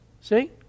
See